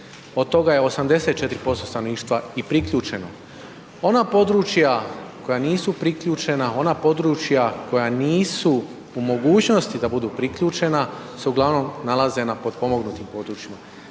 od toga je 84% stanovništva i priključeno. Ona područja koja nisu priključena, ona područja koja nisu u mogućnosti da budu priključena se uglavnom nalaze na potpomognutim područjima,